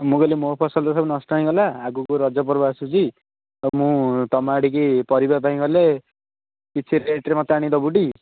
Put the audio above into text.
ଆଉ ମୁଁ କହିଲି ମୋ ଫସଲ ତ ସବୁ ନଷ୍ଟ ହେଇଗଲା ଆଗକୁ ରଜପର୍ବ ଆସୁଛି ତ ମୁଁ ତୁମ ଆଡ଼ିକି ପରିବା ପାଇଁ ଗଲେ କିଛି ରେଟ୍ରେ ମୋତେ ଆଣିକି ଦେବୁ ଟି